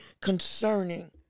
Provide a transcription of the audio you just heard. concerning